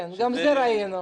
כן, גם זה ראינו.